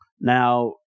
Now